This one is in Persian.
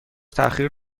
تاخیر